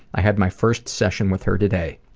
i had my first session with her today.